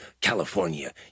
California